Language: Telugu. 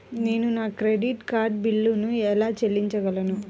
నేను నా క్రెడిట్ కార్డ్ బిల్లును ఎలా చెల్లించగలను?